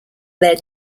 their